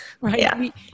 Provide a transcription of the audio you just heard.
right